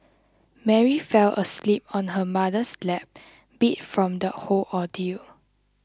Mary fell asleep on her mother's lap beat from the whole ordeal